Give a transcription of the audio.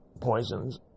poisons